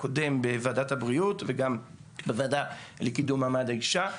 בוועדת הבריאות וגם בוועדה לקידום מעמד האישה.